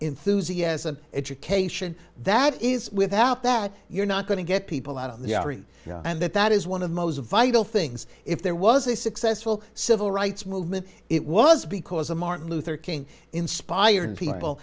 enthusiasm education that is without that you're not going to get people out on the ari and that that is one of the most vital things if there was a successful civil rights movement it was because a martin luther king inspir